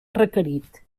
requerit